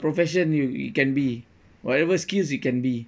profession you you can be whatever skills it can be